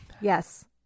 Yes